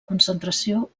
concentració